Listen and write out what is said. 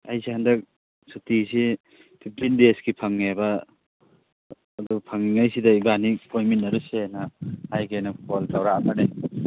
ꯑꯩꯁꯤ ꯍꯟꯗꯛ ꯁꯨꯇꯤꯁꯤ ꯐꯤꯞꯇꯤꯟ ꯗꯦꯖꯀꯤ ꯐꯪꯉꯦꯕ ꯑꯗꯨ ꯐꯪꯉꯤꯉꯩꯁꯤꯗ ꯏꯕꯥꯅꯤ ꯀꯣꯏꯃꯤꯟꯅꯔꯨꯁꯦꯅ ꯍꯥꯏꯒꯦꯅ ꯐꯣꯟ ꯇꯧꯔꯛꯑꯝꯕꯅꯤ